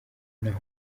naho